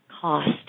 cost